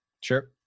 Sure